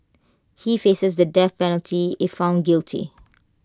he faces the death penalty if found guilty